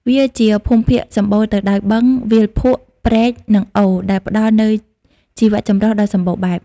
វាជាភូមិភាគសំបូរទៅដោយបឹង វាលភក់ ព្រែក និងអូរ ដែលផ្ដល់នូវជីវចម្រុះដ៏សម្បូរបែប។